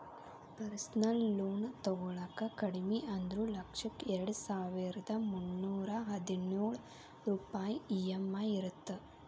personal loan ತೊಗೊಳಾಕ ಕಡಿಮಿ ಅಂದ್ರು ಲಕ್ಷಕ್ಕ ಎರಡಸಾವಿರ್ದಾ ಮುನ್ನೂರಾ ಹದಿನೊಳ ರೂಪಾಯ್ ಇ.ಎಂ.ಐ ಇರತ್ತ